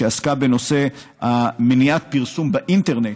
שעסקה בנושא מניעת פרסום באינטרנט,